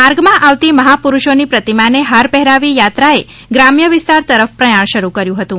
માર્ગમાં આવતી મહા પુરુષોની પ્રતિમાને હાર પહેરાવી યાત્રાએ ગ્રામ્ય વિસ્તાર તરફ પ્રયાણ શરૂ કર્યું હતું